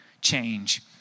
change